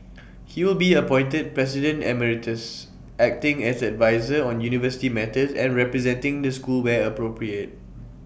he will be appointed president Emeritus acting as adviser on university matters and representing the school where appropriate